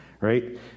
right